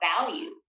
value